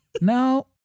No